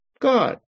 God